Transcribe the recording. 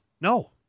No